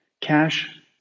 Cash